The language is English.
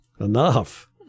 enough